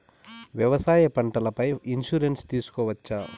వ్యవసాయ పంటల పై ఇన్సూరెన్సు తీసుకోవచ్చా?